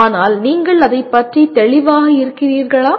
ஆனால் நீங்கள் அதைப் பற்றி தெளிவாக இருக்கிறீர்களா